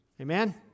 Amen